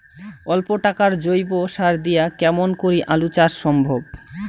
অল্প টাকার জৈব সার দিয়া কেমন করি আলু চাষ সম্ভব?